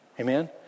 Amen